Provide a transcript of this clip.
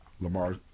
Lamar